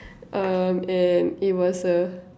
um and it was a